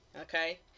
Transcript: okay